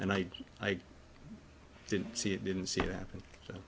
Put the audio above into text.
and i i didn't see it didn't see it happen